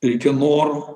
reikia noro